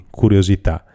curiosità